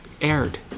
aired